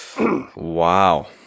Wow